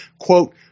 Quote